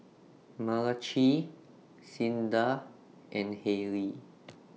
Malachi Cinda and Haylie